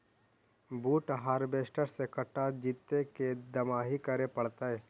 बुट हारबेसटर से कटा जितै कि दमाहि करे पडतै?